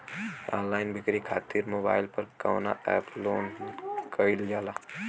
Online बिक्री खातिर mobile पर कवना एप्स लोन कईल जाला?